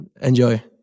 enjoy